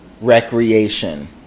Recreation